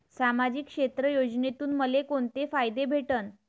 सामाजिक क्षेत्र योजनेतून मले कोंते फायदे भेटन?